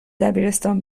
دبیرستان